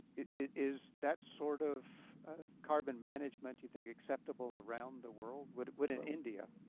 is that sort of carbon management you think acceptable around the world? would would in india,